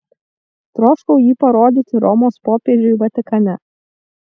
troškau jį parodyti romos popiežiui vatikane